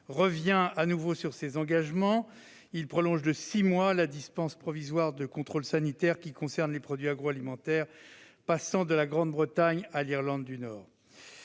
revient à nouveau sur ses engagements, en prolongeant de six mois la dispense provisoire de contrôle sanitaire des produits agroalimentaires passant de la Grande-Bretagne à l'Irlande du Nord